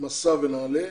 "מסע" ונעל"ה,